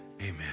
Amen